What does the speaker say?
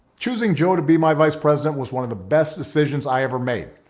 choosing joe to be my vice president was one of the best decisions i ever made.